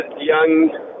Young